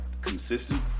consistent